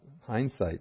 hindsight